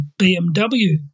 BMW